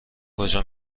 کجا